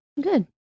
Good